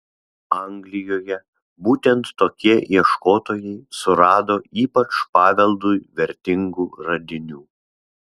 anglijoje būtent tokie ieškotojai surado ypač paveldui vertingų radinių